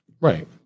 Right